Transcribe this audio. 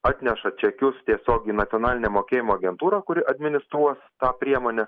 atneša čekius tiesiog į nacionalinę mokėjimo agentūrą kuri administruos tą priemonę